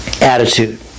attitude